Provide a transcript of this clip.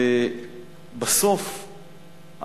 בסוף,